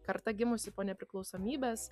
karta gimusi po nepriklausomybės